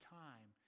time